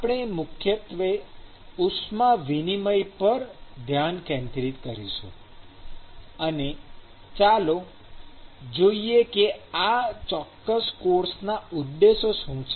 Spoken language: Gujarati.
આપણે મુખ્યત્વે ઉષ્મા વિનિમય પર ધ્યાન કેન્દ્રિત કરીશું અને ચાલો જોઈએ કે આ ચોક્કસ કોર્સના ઉદ્દેશો શું છે